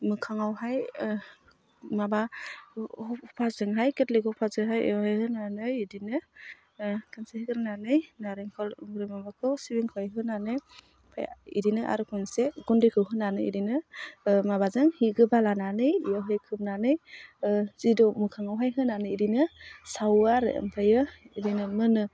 मोखाङावहाय माबा सफाजोंहाय खेथ्लि सफाजोंहाय बेयाव होनानै बिदिनो खनसे होनानै नारेंखल ओमफ्राय माबाखौ सिबिंखौ होनानै ओमफ्राय बिदिनो आरो खनसे गुन्दैखौ होनानै इदिनो ओह माबाजों हि गोबा लानानै बियावहाय खोबनानै जिदौ मोखाङावहाय होनानै बिदिनो सावो आरो ओमफ्रायो बिदिनो मोनो